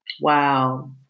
Wow